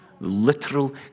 Literal